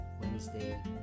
Wednesday